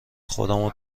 خودمو